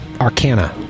Arcana